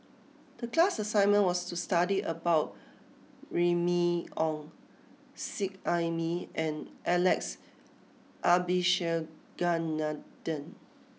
the class assignment was to study about Remy Ong Seet Ai Mee and Alex Abisheganaden